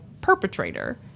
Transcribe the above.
perpetrator